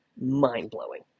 mind-blowing